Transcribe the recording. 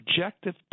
objective